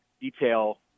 detail